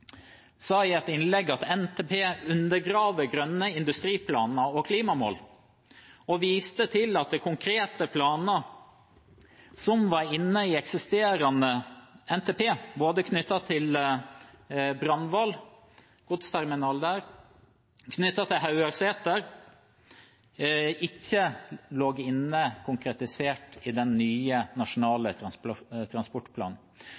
sa i et innlegg at NTP undergraver grønne industriplaner og klimamål, og viste til at konkrete planer som var inne i eksisterende NTP, knyttet til både Brandval, godsterminal der, og Hauerseter, ikke lå inne konkretisert i den nye nasjonale